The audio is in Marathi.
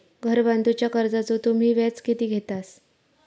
घर बांधूच्या कर्जाचो तुम्ही व्याज किती घेतास?